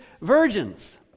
virgins